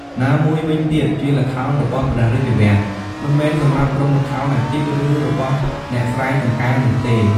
ណាមួយវិញទៀតជាល្ខោនរបស់ព្រះរាជវាំង មិនមែនសម្រាប់ក្រុមល្ខោនអាជីព ឬរបស់អ្នកស្រែចម្ការនោះទេ។